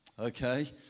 okay